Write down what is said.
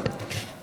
אדוני היושב-ראש,